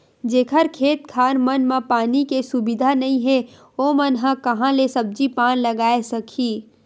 जेखर खेत खार मन म पानी के सुबिधा नइ हे ओमन ह काँहा ले सब्जी पान लगाए सकही